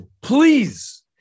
please